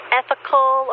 ethical